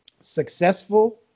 Successful